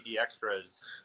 extras